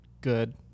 good